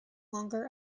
longer